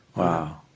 wow.